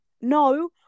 No